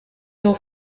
your